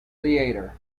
theatre